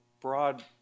broad